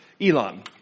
Elon